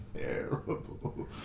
terrible